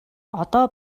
одоо